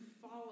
follow